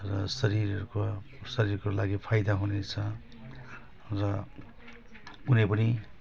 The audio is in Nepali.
र शरीरको शरीरको लागि फाइदा हुनेछ र कुनै पनि